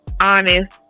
honest